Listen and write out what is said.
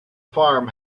farm